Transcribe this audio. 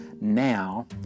now